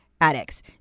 addicts